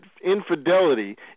infidelity